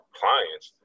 clients